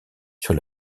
sur